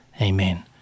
Amen